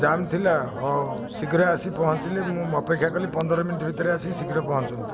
jam ଥିଲା ହେଉ ଶୀଘ୍ର ଆସି ପହଞ୍ଚିଲେ ମୁଁ ଅପେକ୍ଷା କଲି ପନ୍ଦର ମିନିଟ ଭିତରେ ଆସିକି ଶୀଘ୍ର ପହଞ୍ଚନ୍ତୁ